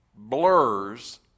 blurs